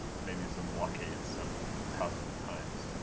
maybe some blockades, some tough times.